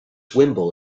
wimble